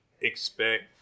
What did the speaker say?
expect